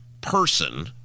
person